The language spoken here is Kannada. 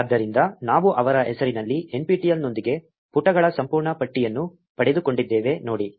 ಆದ್ದರಿಂದ ನಾವು ಅವರ ಹೆಸರಿನಲ್ಲಿ nptel ನೊಂದಿಗೆ ಪುಟಗಳ ಸಂಪೂರ್ಣ ಪಟ್ಟಿಯನ್ನು ಪಡೆದುಕೊಂಡಿದ್ದೇವೆ ನೋಡಿ